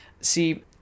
See